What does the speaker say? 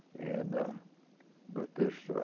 and but this